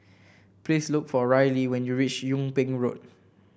please look for Rylee when you reach Yung Ping Road